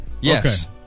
yes